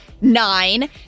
Nine